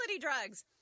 drugs